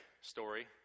story